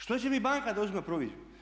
Što će mi banka da uzima proviziju?